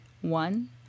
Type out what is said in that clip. one